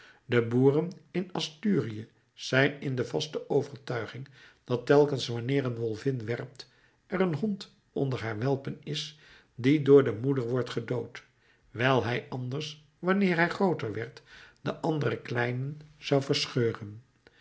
de boeren in asturië zijn in de vaste overtuiging dat telkens wanneer een wolvin werpt er een hond onder haar welpen is die door de moeder wordt gedood wijl hij anders wanneer hij grooter werd de andere kleinen zou verscheuren